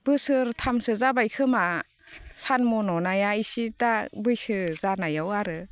बोसोरथामसो जाबायखोमा सान मन'नाया इसे दा बैसो जानायाव आरो